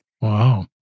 Wow